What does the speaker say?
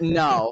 no